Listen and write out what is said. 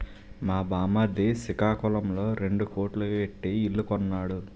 మా బామ్మర్ది సికాకులంలో రెండు కోట్లు ఎట్టి ఇల్లు కొన్నాడు